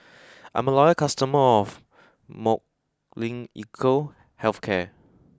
I'm a loyal customer of Molnylcke Health Care